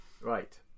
Right